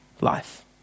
life